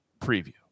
Preview